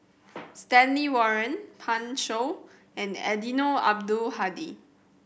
Stanley Warren Pan Shou and Eddino Abdul Hadi